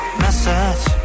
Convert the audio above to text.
message